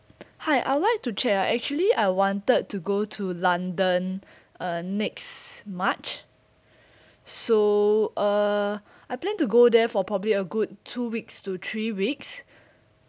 hi I would like to check ah actually I wanted to go to london uh next march so uh I plan to go there for probably a good two weeks to three weeks